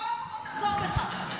--- בכל הכבוד, תחזור בך.